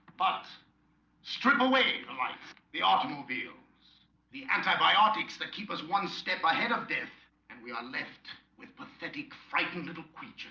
but strip away the lights the automobiles the antibiotics that keep us one step ahead of death and we are left with pathetic frightened little